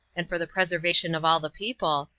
and for the preservation of all the people,